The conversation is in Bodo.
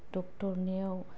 डक्टरनियाव